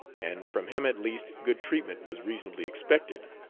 and from him at least good treatment was reasonably expected.